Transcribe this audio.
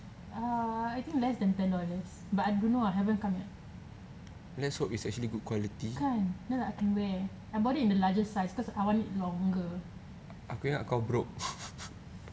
uh I think less than ten dollars but I don't know ah haven't come yet kan dah lah I can wear I bought it in larger size because I want it longer